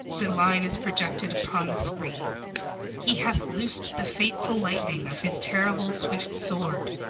the line is projected upon the screen he hath loosed the fateful lightning of his terrible swift sword.